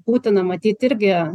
būtina matyt irgi